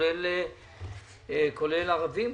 כולל ערבים,